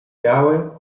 białe